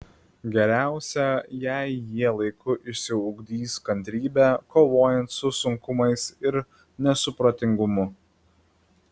geriausia jei jie laiku išsiugdys kantrybę kovojant su sunkumais ir nesupratingumu